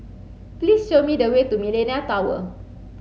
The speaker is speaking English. please show me the way to Millenia Tower